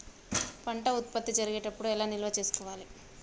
పంట ఉత్పత్తి జరిగేటప్పుడు ఎలా నిల్వ చేసుకోవాలి?